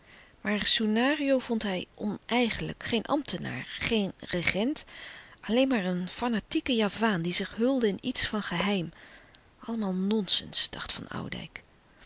maar soenario vond hij oneigenlijk geen ambtenaar geen regent alleen maar een fanatieke javaan die zich hulde in iets van geheim allemaal nonsens dacht van oudijck